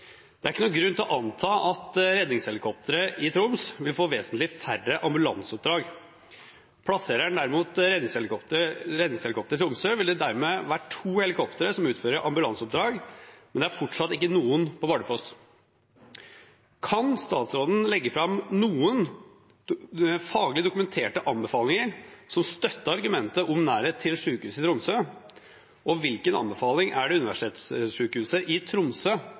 Det er ingen grunn til å anta at redningshelikopteret i Troms vil få vesentlig færre ambulanseoppdrag. Plasserer en derimot redningshelikopteret i Tromsø, vil det dermed være to helikoptre som utfører ambulanseoppdrag, men det er fortsatt ikke noen på Bardufoss. Kan statsråden legge fram noen faglig dokumenterte anbefalinger som støtter argumentet om nærhet til sykehuset i Tromsø, og hvilken anbefaling har Universitetssykehuset Nord-Norge gitt? Igjen: Det er altså slik at den høyeste aktiviteten er i